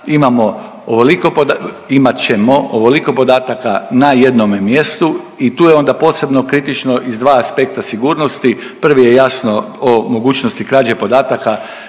imat ćemo ovoliko podataka na jednome mjestu i tu je onda posebno kritično iz dva aspekta sigurnosti. Prvi je jasno o mogućnosti krađe podataka,